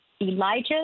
Elijah